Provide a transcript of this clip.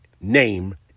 name